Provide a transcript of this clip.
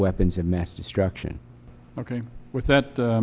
weapons of mass destruction okay with that